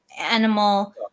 animal